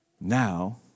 now